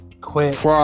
quit